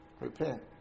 Repent